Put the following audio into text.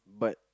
but